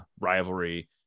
rivalry